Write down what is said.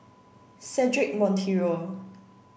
Cedric Monteiro